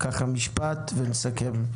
משפט ונסכם.